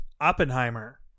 Oppenheimer